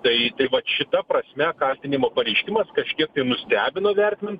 tai vat šita prasme kaltinimo pareiškimas kažkiek nustebino vertinant